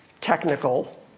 technical